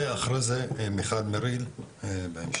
ואחרי זה מיכל מריל בהמשך.